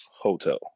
hotel